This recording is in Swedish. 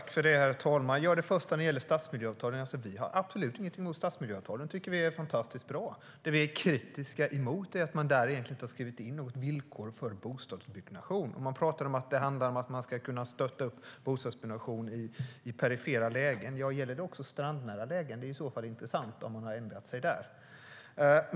Herr talman! Vi har absolut ingenting emot stadsmiljöavtalen. Vi tycker att de är fantastiskt bra. Det som vi är kritiska emot är att man där egentligen inte har skrivit in några villkor för bostadsbyggnation. Man talar om att det handlar om att man ska kunna stötta bostadsbyggnation i perifera lägen. Gäller det även strandnära lägen? Det är i så fall intressant om man har ändrat sig där.